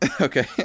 Okay